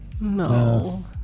No